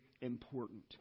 important